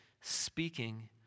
speaking